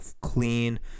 clean